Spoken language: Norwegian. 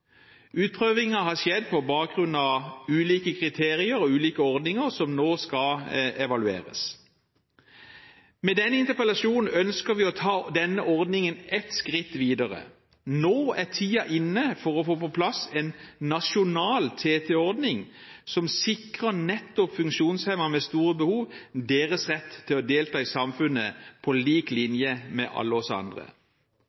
har skjedd på bakgrunn av ulike kriterier og ulike ordninger som nå skal evalueres. Med denne interpellasjonen ønsker vi å ta denne ordningen ett skritt videre. Nå er tiden inne for å få på plass en nasjonal TT-ordning som sikrer nettopp funksjonshemmede med store behov deres rett til å delta i samfunnet på lik